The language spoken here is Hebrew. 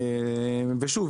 שוב,